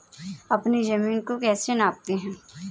अपनी जमीन को कैसे नापते हैं?